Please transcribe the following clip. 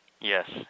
Yes